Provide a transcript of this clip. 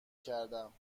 کردم